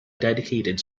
dedicated